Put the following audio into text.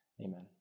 Amen